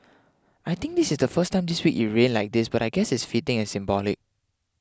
I think this is the first time this week it rained like this but I guess it's fitting and symbolic